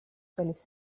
sellist